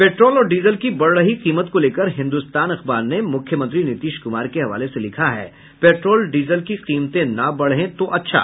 petrol और diesel की बढ़ रही कीमत को लेकर हिन्दुस्तान अखबार ने मुख्यमंत्री नीतीश कुमार के हवाले से लिखा है पेट्रोल डीजल की कीमतें ना बढ़े तो अच्छा